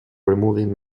removing